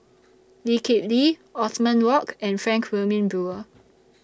Lee Kip Lee Othman Wok and Frank Wilmin Brewer